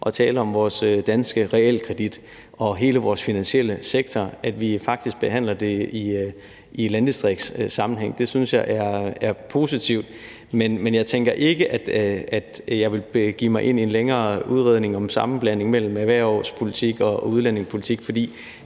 at tale om vores danske realkredit og hele vores finansielle sektor, faktisk også rigtig glad for, at vi behandler det i en landdistriktssammenhæng. Det synes jeg er positivt. Men jeg tænker ikke, at jeg vil begive mig ind i en længere udredning om en sammenblanding mellem erhvervspolitik og udlændingepolitik, for